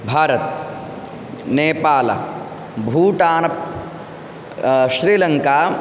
भारतं नेपाल भूटान श्रीलङ्का